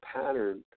pattern